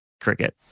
cricket